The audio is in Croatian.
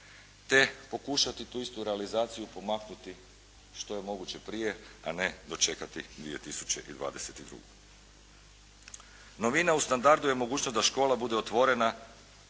te pokušati tu istu realizaciju pomaknuti što je moguće prije, a ne dočekati 2022. Novina u standardu je mogućnost da škola bude otvorena